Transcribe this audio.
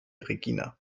regina